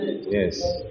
Yes